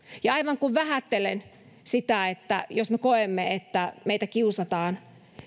ja aivan kuin vähätellen sitä jos me koemme että meitä kiusataan